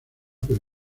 pero